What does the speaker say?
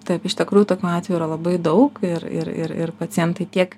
taip iš tikrųjų tokių atvejų yra labai daug ir ir pacientai tiek